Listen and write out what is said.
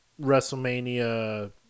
Wrestlemania